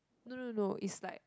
no no no it's like